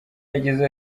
yagize